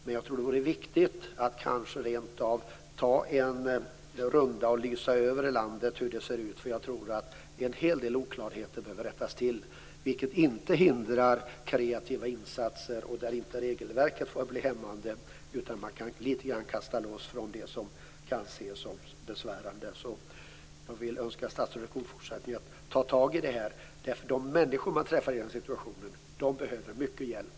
Det vore dock viktigt att göra en genomlysning av hur det ser ut ute i landet. Jag tror att en hel del oklarheter behöver rättas till, utan att kreativa insatser förhindras. Regelverket bör inte få vara hämmande, utan man bör litet grand kunna kasta loss från sådant som kan ses som besvärande. Jag önskar att statsrådet i fortsättningen tar tag i det här. De människor som är i den här situationen behöver mycken hjälp.